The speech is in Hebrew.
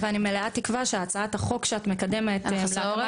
ואני מלאת תקווה שהצעת החוק שאת מקדמת -- לא אני,